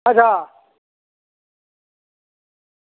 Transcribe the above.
अच्छा